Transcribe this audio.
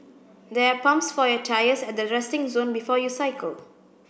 there are pumps for your tyres at the resting zone before you cycle